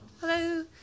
Hello